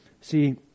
See